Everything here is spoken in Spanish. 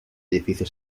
edificio